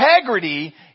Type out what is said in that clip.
integrity